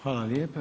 Hvala lijepa.